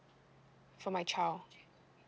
for my child